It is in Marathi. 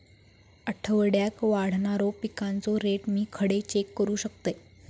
आठवड्याक वाढणारो पिकांचो रेट मी खडे चेक करू शकतय?